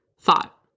Thought